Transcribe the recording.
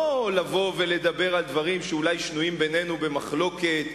לא לבוא ולדבר על דברים שאולי שנויים בינינו במחלוקת,